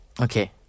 Okay